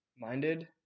Minded